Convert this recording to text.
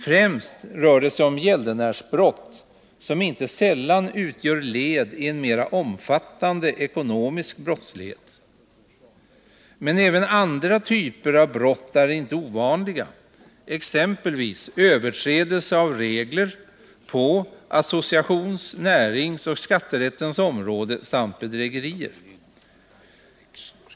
Främst rör det sig om gäldenärsbrott, som inte sällan utgör led i en mer omfattande ekonomisk brottslighet. Men även andra typer av brott är inte ovanliga, exempelvis överträdelser av regler på associations-, näringsoch skatterättens områden samt bedrägerier.